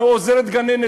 עוזרת גננת,